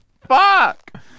Fuck